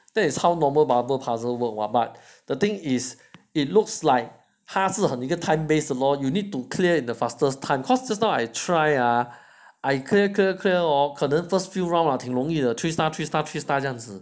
that is how normal bubble puzzle work but the thing is it looks like 他是很一个 time based 的咯 you need to clear in the fastest time course just now I try ah I clear clear hor the first few round 挺容易的 three star three star three star 这样子